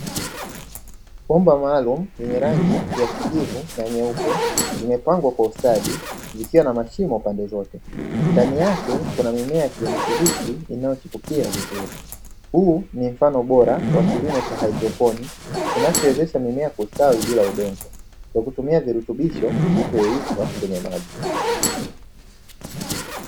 Bomba maalum lenye rangi ya kijivu na nyeupe zimepangwa kwa ustadi, zikiwa na mashimo pande zote. Ndani yake kuna mimea ya kijani kibichi inayochipukia vizuri. Huu ni mfano bora wa kilimo cha haidroponi, kinachowezesha mimea kustawi bila udongo, kwa kutumia virutubisho vilivyoyeyushwa kwenye maji.